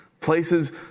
places